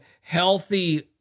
healthy